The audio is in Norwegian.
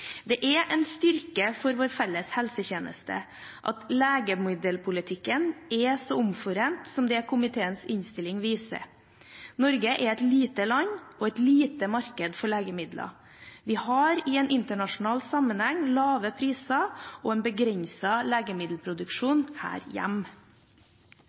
Det er en styrke for vår felles helsetjeneste at legemiddelpolitikken er så omforent som det komiteens innstilling viser. Norge er et lite land og et lite marked for legemidler. Vi har i internasjonal sammenheng lave priser og en